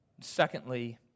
Secondly